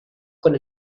con